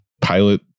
pilot